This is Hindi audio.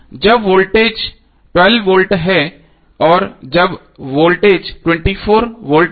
जब वोल्टेज 12 वोल्ट है और जब वोल्टेज 24 वोल्ट है